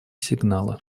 сигналы